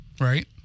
right